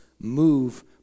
move